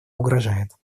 угрожает